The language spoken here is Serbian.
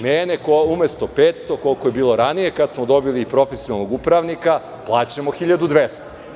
Mene umesto 500 dinara, koliko je bilo ranije kad smo dobili profesionalnog upravnika plaćamo 1.200.